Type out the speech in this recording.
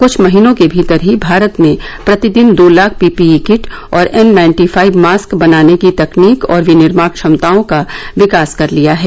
कुछ महीनों के भीतर ही भारत ने प्रतिदिन दो लाख पीपीई किट और एन नाइन्टी फाइव मास्क बनाने की तकनीक और विनिर्माण क्षमताओं का विकास कर लिया है